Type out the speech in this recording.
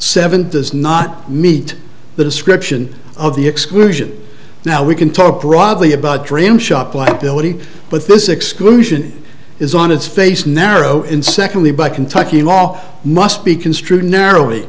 seven does not meet the description of the exclusion now we can talk broadly about dream shop liability but this exclusion is on its face narrow in secondly by kentucky law must be construed narrowly